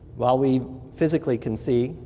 while we physically can see.